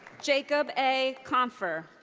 jacob a. confer.